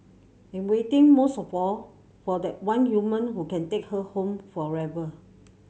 and waiting most of all for that one human who can take her home forever